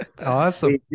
Awesome